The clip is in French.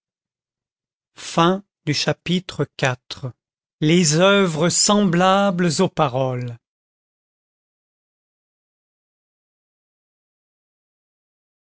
chapitre iv les oeuvres semblables aux paroles